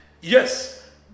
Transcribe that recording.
Yes